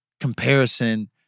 comparison